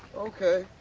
okay.